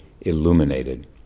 illuminated